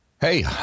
hey